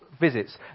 visits